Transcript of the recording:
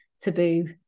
taboo